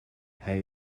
hij